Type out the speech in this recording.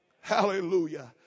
Hallelujah